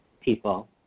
people